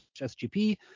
SGP